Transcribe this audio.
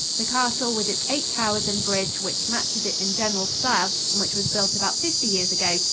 the castle, with its eight towers and bridge, which matches it in general style and which was built about fifty years ago,